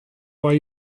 why